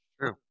True